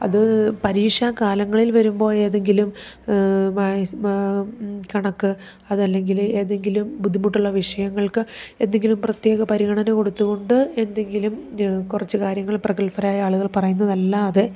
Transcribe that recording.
അത് പരീക്ഷാക്കാലങ്ങളിൽ വരുമ്പോൾ ഏതെങ്കിലും കണക്ക് അതല്ലെങ്കിൽ ഏതെങ്കിലും ബുദ്ധിമുട്ടുള്ള വിഷയങ്ങൾക്ക് എന്തെങ്കിലും പ്രത്യേക പരിഗണന കൊടുത്തുകൊണ്ട് എന്തെങ്കിലും കുറച്ച് കാര്യങ്ങൾ പ്രഗൽഭരായ ആളുകൾ പറയുന്നതല്ലാതെ